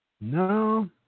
No